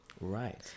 Right